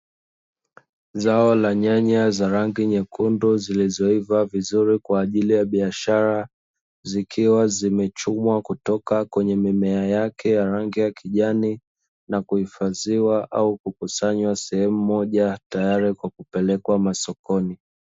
Zao la nyanya za rangi nyekundu zilizoiva vizuri kwa ajili ya biashara, zikiwa zimechumwa kutoka kwenye mimea yake ya rangi ya kijani na kuhifadhiwa au kukusanywa sehemu moja, tayari kwa kupelekwa sokoni.